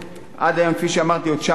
עד היום, כפי שאמרתי, היו 900 פניות.